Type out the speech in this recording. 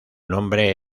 nombre